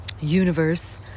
universe